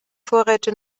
vorräte